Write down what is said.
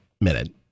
minute